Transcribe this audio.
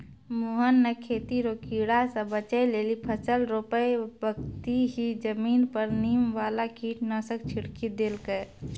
मोहन नॅ खेती रो कीड़ा स बचै लेली फसल रोपै बक्ती हीं जमीन पर नीम वाला कीटनाशक छिड़की देलकै